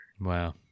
Wow